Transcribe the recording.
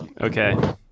okay